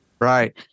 Right